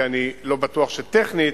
כי אני לא בטוח טכנית,